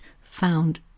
found